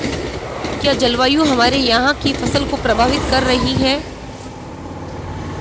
क्या जलवायु हमारे यहाँ की फसल को प्रभावित कर रही है?